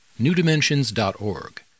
newdimensions.org